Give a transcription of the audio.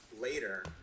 later